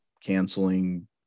canceling